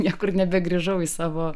niekur nebegrįžau į savo